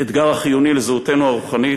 אתגר החיוני לזהותנו הרוחנית,